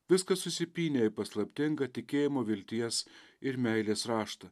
viskas susipynė į paslaptingą tikėjimo vilties ir meilės raštą